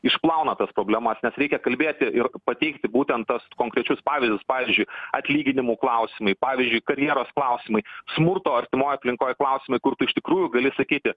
išplauna tas problemas nes reikia kalbėti ir pateikti būtent tuos konkrečius pavyzdžius pavyzdžiui atlyginimų klausimai pavyzdžiui karjeros klausimai smurto artimoj aplinkoj klausimai kur tu iš tikrųjų gali sakyti